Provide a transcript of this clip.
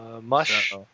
Mush